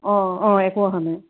অঁ অঁ একো অহা নাই